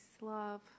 love